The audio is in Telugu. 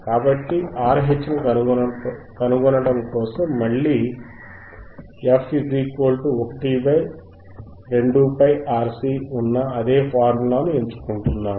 కాబట్టి RH కనుగొనడం కోసం మేము మళ్ళీ f 1 2πRC ఉన్న అదే ఫార్ములాను ఎంచుకుంటున్నాము